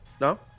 no